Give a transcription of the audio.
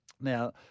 Now